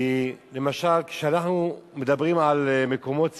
כי כשאנחנו מדברים על מקומות ציבוריים,